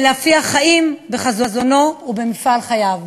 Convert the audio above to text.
ולהפיח חיים בחזונו ובמפעל חייו.